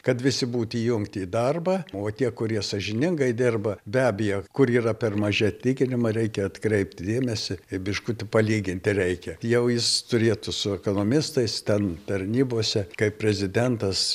kad visi būt įjungti į darbą o tie kurie sąžiningai dirba be abejo kur yra per maži atlyginimai reikia atkreipt dėmesį i biškutį palyginti reikia jau jis turėtų su ekonomistais ten tarnybose kaip prezidentas